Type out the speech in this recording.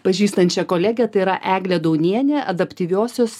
pažįstančią kolegę tai yra eglė daunienė adaptyviosios